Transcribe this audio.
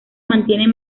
mantienen